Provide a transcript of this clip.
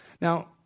Now